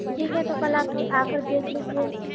ठीक है तो कल आकर देख लीजिए